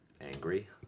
angry